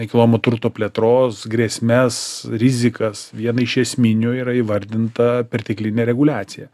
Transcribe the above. nekilnojamo turto plėtros grėsmes rizikas viena iš esminių yra įvardinta perteklinė reguliacija